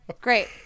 Great